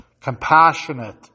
compassionate